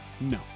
No